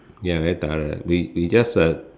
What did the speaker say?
ya very thorough we we just uh